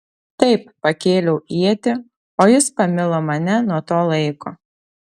taip pakėliau ietį o jis pamilo mane nuo to laiko